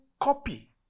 copy